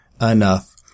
enough